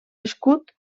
escut